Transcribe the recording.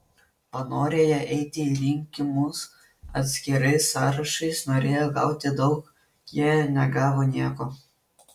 panorėję eiti į rinkimus atskirais sąrašais norėję gauti daug jie negavo nieko